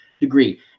degree